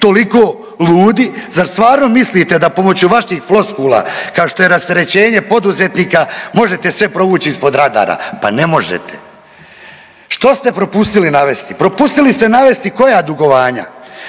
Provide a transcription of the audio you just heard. toliko ludi, zar stvarno mislite da pomoću vaših floskula kao što je rasterećenje poduzetnika možete sve provući ispod radara, pa ne možete. Što ste propustili navesti? Propustili ste navesti koja dugovanja,